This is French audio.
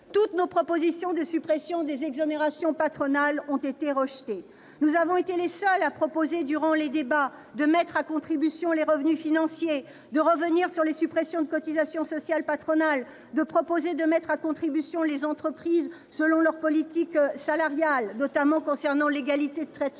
Toutes nos propositions de suppression des exonérations patronales ont, en effet, été rejetées. Nous avons été les seuls à proposer durant les débats de mettre à contribution les revenus financiers, de revenir sur les suppressions de cotisations sociales patronales, de mettre également à contribution les entreprises selon leur politique salariale, notamment concernant l'égalité des traitements des